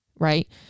right